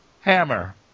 Hammer